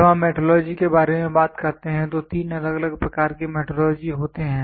जब हम मेट्रोलॉजी के बारे में बात करते हैं तो तीन अलग अलग प्रकार के मेट्रोलॉजी होते हैं